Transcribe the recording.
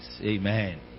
Amen